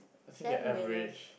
I think they're average